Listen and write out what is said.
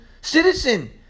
citizen